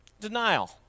denial